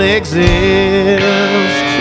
exist